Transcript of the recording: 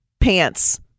pants